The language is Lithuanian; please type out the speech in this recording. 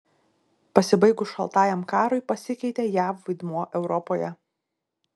pasibaigus šaltajam karui pasikeitė jav vaidmuo europoje